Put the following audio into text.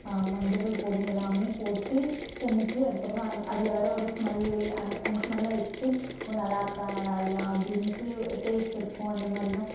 மஞ்சள் தூள் போடணும் எல்லாமே போட்டு செஞ்சு அதுக்கப்புறம் அதில் வர ஒரு ஸ்மெல்லு அந்த அந்த ஸ்மெல்லை வச்சுட்டு ஓ நல்லாயிருக்கா நல்லாயில்லையா அப்படின்டு டேஸ்ட் இருக்கும் அந்த மாதிரிதான்